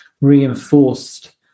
reinforced